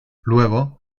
luego